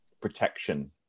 protection